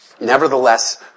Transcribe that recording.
Nevertheless